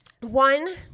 one